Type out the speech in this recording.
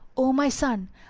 o my son,